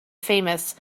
famous